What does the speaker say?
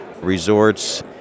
resorts